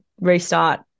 restart